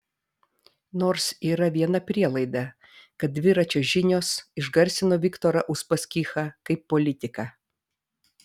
nors yra viena prielaida kad dviračio žinios išgarsino viktorą uspaskichą kaip politiką